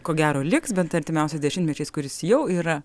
ko gero liks bent artimiausiais dešimtmečiais kuris jau yra